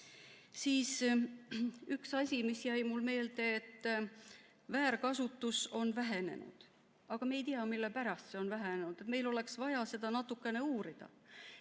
tee. Üks asi, mis jäi mulle meelde: väärkasutus on vähenenud. Aga me ei tea, mille pärast see on vähenenud. Meil oleks vaja seda natuke uurida.